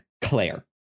claire